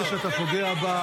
סבא שלי מתבייש בך.